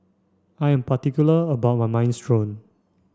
I am particular about my Minestrone